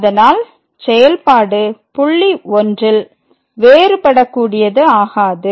அதனால் செயல்பாடு புள்ளி 1ல் வேறுபடக்கூடியது ஆகாது